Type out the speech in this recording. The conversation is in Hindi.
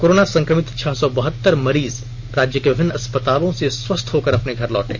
कोरोना संक्रमित छह सौ बहत्तर मरीज राज्य के विभिन्न अस्पतालों से स्वस्थ होकर अपने घर लौटे